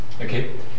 Okay